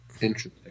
Interesting